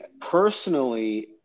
personally